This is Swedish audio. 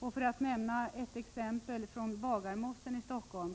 Låt mig nämna ett exempel från Bagarmossen i Stockholm.